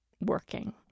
working